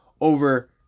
over